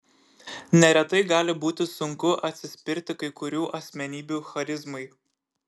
neretai gali būti sunku atsispirti kai kurių asmenybių charizmai